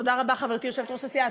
תודה רבה, חברתי יושבת-ראש הסיעה.